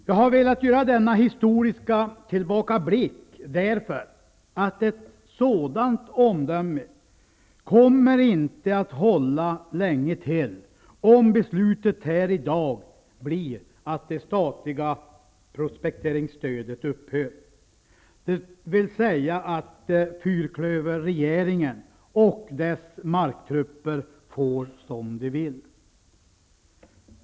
Jag har velat göra denna historiska tillbakablick därför att ett sådant omdöme inte kommer att hålla länge till om beslutet här i dag blir att det statliga prospekteringsstödet upphör, dvs. om fyrklöverregeringen och dess marktrupper får som de vill.